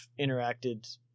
interacted